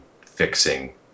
fixing